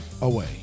away